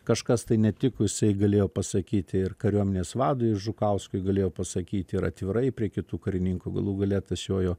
kažkas tai netikusiai galėjo pasakyti ir kariuomenės vadui žukauskui galėjo pasakyt ir atvirai prie kitų karininkų galų gale tas jojo